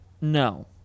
No